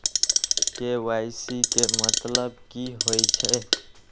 KYC के मतलब की होई छै?